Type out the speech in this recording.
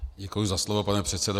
Děkuji za slovo, pane předsedo.